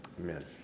Amen